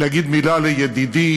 להגיד מילה לידידי,